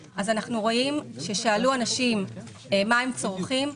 כששאלו אנשים מה הם צורכים,